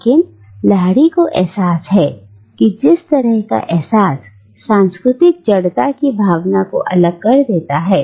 लेकिन लाहिरी को एहसास है कि इस तरह का एहसास सांस्कृतिक जड़ता की भावना को अलग कर देता है